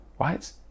right